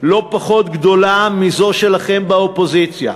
לא פחות גדולה מזו שלכם באופוזיציה.